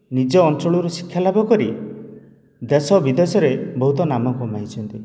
ନିଜ ଅଞ୍ଚଳରୁ ଶିକ୍ଷା ଲାଭ କରି ଦେଶ ବିଦେଶରେ ବହୁତ ନାମ କମେଇଛନ୍ତି